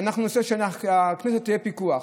שאנחנו נעשה שהכנסת תהיה בפיקוח.